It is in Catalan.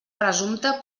presumpta